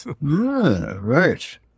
right